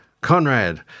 Conrad